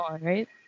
right